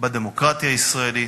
בדמוקרטיה הישראלית.